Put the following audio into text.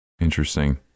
interesting